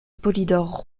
polydore